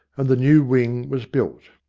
and the new wing was built.